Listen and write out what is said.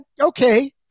okay